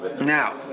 Now